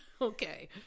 Okay